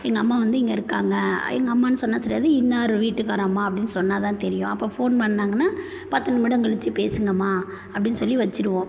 எங்கள் அம்மா வந்து இங்கே இருக்காங்க எங்கள் அம்மான்னு சொன்னால் தெரியாது இன்னொரு வீட்டுக்கார அம்மா அப்படின்னு சொன்னால் தான் தெரியும் அப்போ ஃபோன் பண்ணிணாங்கன்னா பத்து நிமிடம் கழிச்சி பேசுங்கம்மா அப்படின்னு சொல்லி வச்சிடுவோம்